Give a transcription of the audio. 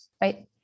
Right